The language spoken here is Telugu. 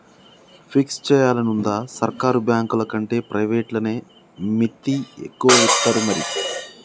ఫిక్స్ జేయాలనుందా, సర్కారు బాంకులకంటే ప్రైవేట్లనే మిత్తి ఎక్కువిత్తరు మరి